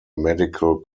medical